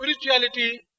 spirituality